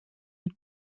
mit